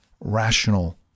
rational